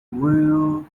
where